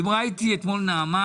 דיברה איתי אתמול נעמה,